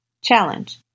Challenge